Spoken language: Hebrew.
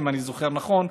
אם אני זוכר נכון,